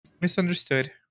misunderstood